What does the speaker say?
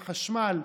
עם החשמל,